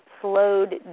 slowed